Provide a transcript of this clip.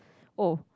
oh